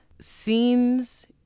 scenes